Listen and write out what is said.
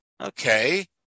okay